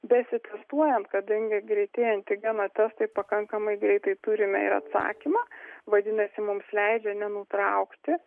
besitestuojant kadangi greitieji antigeno testai pakankamai greitai turime ir atsakymą vadinasi mums leidžia nenutraukti